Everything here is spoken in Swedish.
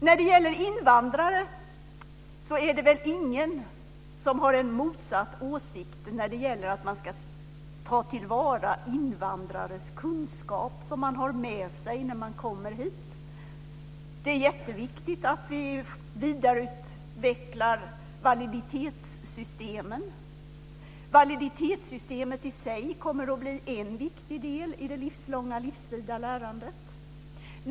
När det gäller invandrare är det väl ingen som har en motsatt åsikt när det gäller att man ska ta till vara invandrares kunskap som de har med sig när de kommer hit. Det är jätteviktigt att vi vidareutvecklar validitetssystemet. Validitetssystemet i sig kommer att bli en viktig del i det livslånga, livsvida lärandet.